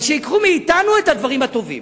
אבל שייקחו מאתנו את הדברים הטובים,